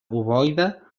ovoide